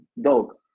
dog